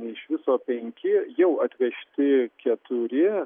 iš viso penki jau atvežti keturi